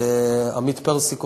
עמית פרסיקו,